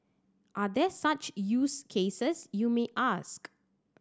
are there such use cases you may ask